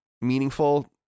meaningful